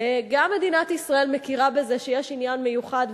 גם מדינת ישראל מכירה בזה שיש עניין מיוחד,